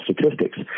statistics